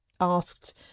asked